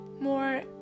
more